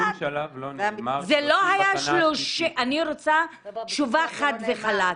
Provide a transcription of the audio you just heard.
בשום שלב לא נאמר ש- - אני רוצה תשובה חד וחלק.